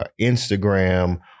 Instagram